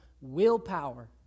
willpower